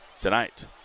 tonight